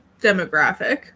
demographic